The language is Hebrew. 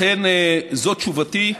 לכן, זאת תשובתי.